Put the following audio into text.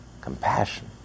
compassion